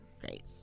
Great